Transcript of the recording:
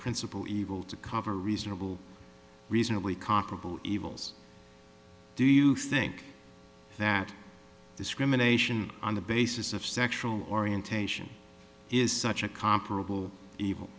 principle evil to cover reasonable reasonably comparable evils do you think that discrimination on the basis of sexual orientation is such a comparable evil